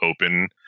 open